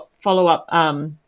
follow-up